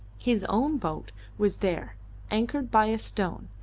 his own boat was there anchored by a stone,